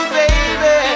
baby